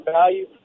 value